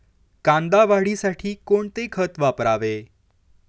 कांदा वाढीसाठी कोणते खत वापरावे?